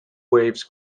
waves